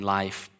life